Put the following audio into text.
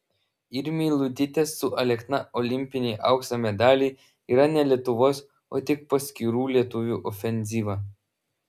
ir meilutytės su alekna olimpiniai aukso medaliai yra ne lietuvos o tik paskirų lietuvių ofenzyva